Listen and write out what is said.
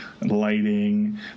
lighting